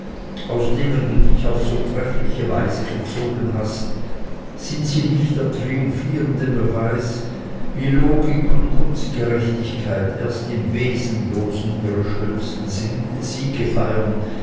aus denen du dich auf so treffliche weise gezogen hast sind sie nicht der triumphierende beweis wie logik und kunstgerechtigkeit erst im wesenlosen ihre schönsten siege feiern